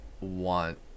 want